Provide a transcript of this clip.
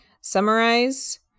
summarize